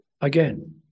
again